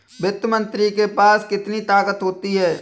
वित्त मंत्री के पास कितनी ताकत होती है?